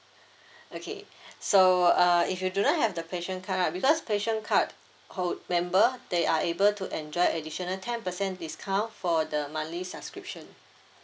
okay so uh if you do not have the passion card right because passion card hold~ member they are able to enjoy additional ten percent discount for the monthly subscription